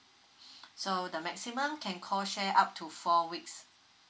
so the maximum can co share up to four weeks